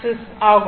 இது j ஆகும்